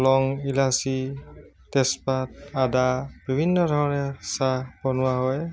লং ইলাচি তেজপাত আদা বিভিন্ন ধৰণে চাহ বনোৱা হয়